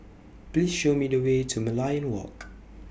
Please Show Me The Way to Merlion Walk